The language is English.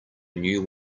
new